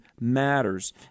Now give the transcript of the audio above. Matters